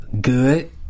good